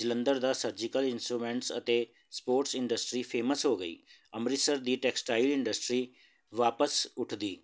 ਜਲੰਧਰ ਦਾ surgical instruments ਅਤੇ sports industry famous ਹੋ ਗਈ ਅੰਮ੍ਰਿਤਸਰ ਦੀ ਟੈਕਸਟਾਈਲ ਇੰਡਸਟਰੀ ਵਾਪਸ ਉੱਠਦੀ